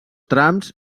trams